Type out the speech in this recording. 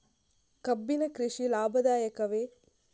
ಕಬ್ಬಿನ ಕೃಷಿ ಲಾಭದಾಯಕವೇ?